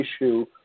issue